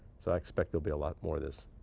so i expect there'll be a lot more of this.